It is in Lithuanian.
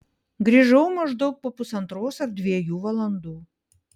grįžau maždaug po pusantros ar dviejų valandų